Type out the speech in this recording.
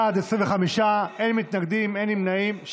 בעד, 25, אין מתנגדים, אין נמנעים.